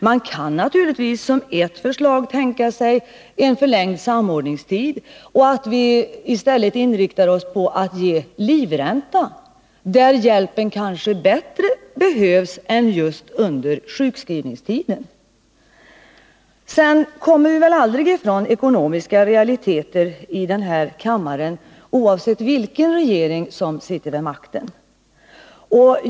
Man kan naturligtvis som en lösning tänka sig en förlängd samordningstid och att man i stället inriktar sig på att ge livränta, där hjälpen kanske behövs bättre än just under sjukskrivningsti 65 den. Vi kommer väl här i kammaren aldrig ifrån de ekonomiska realiteterna, oavsett vilken regering som sitter vid makten.